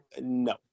no